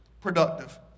Productive